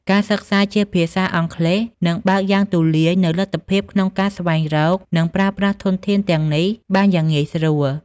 ការសិក្សាជាភាសាអង់គ្លេសនឹងបើកយ៉ាងទូលាយនូវលទ្ធភាពក្នុងការស្វែងរក និងប្រើប្រាស់ធនធានទាំងនេះបានយ៉ាងងាយស្រួល។